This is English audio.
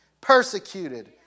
Persecuted